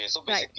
right